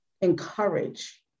encourage